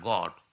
God